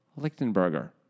Lichtenberger